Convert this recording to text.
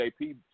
JP